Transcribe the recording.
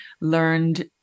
learned